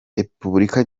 repubulika